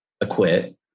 acquit